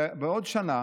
בעוד שנה